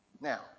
Now